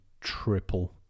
triple